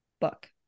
book